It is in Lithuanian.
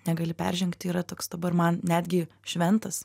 negali peržengti yra toks dabar man netgi šventas